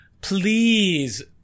Please